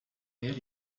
réel